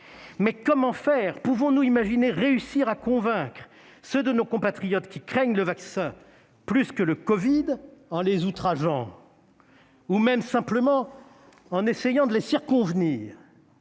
Mais comment faire ? Pouvons-nous imaginer réussir à convaincre ceux de nos compatriotes qui craignent le vaccin plus que le covid en les outrageant ? Ou même simplement en essayant de les circonvenir :